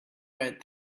right